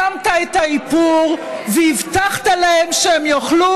שמת את האיפור והבטחת להם שהם יוכלו